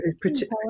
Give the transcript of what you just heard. particularly